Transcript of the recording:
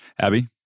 Abby